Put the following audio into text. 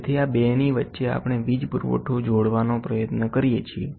તેથી આ 2 ની વચ્ચે આપણે વીજ પુરવઠો જોડવાનો પ્રયત્ન કરીએ છીએ